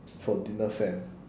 for dinner fam